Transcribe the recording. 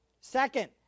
Second